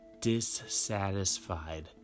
dissatisfied